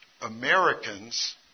Americans